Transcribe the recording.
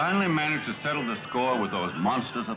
i only managed to settle the score with those monsters